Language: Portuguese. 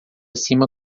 cima